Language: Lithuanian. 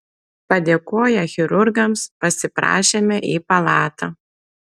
padėkoję chirurgams pasiprašėme į palatą